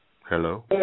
Hello